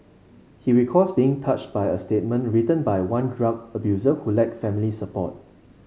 he recalls being touched by a statement written by one drug abuser who lacked family support